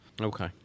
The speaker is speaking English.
Okay